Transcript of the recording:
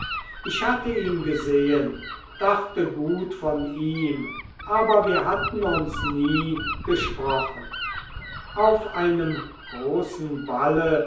ich hatte ihn gesehen dachte gut von ihm aber wir hatten uns nie gesprochen auf einem großen balle